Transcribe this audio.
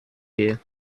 gear